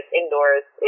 indoors